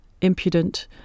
impudent